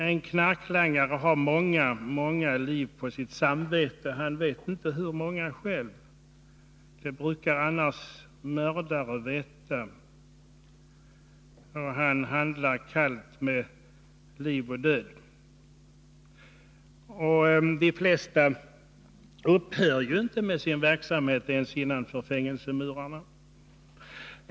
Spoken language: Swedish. En knarklangare har många liv på sitt samvete. Han vet inte själv hur många — det brukar mördare annars veta. Han handlar kallt med liv och död. De flesta upphör inte med sin verksamhet ens innanför fängelsemurarna.